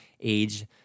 age